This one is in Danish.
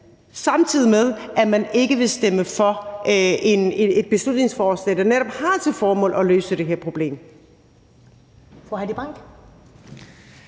anden side ikke vil stemme for et beslutningsforslag, der netop har til formål at løse det her problem.